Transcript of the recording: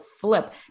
flip